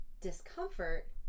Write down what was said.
discomfort